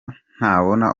ntabona